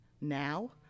now